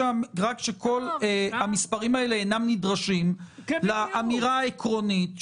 רק שכל המספרים האלה אינם נדרשים לאמירה העקרונית שלכם.